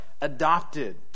adopted